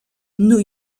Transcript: new